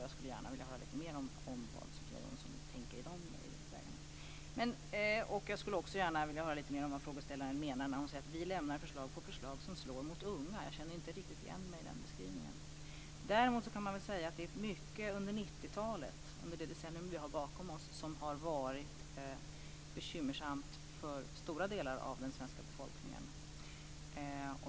Jag skulle gärna vilja höra lite mer om vad Sofia Jonsson tänker i det avseendet. Jag skulle också gärna vilja höra lite mer vad frågeställaren menar när hon säger att vi lämnar förslag på förslag som slår mot unga. Jag känner inte riktigt igen mig i den beskrivningen. Däremot kan man säga att det är mycket under 90 talet, det decennium som vi har bakom oss, som har varit bekymmersamt för stora delar av den svenska befolkningen.